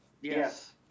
Yes